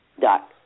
dot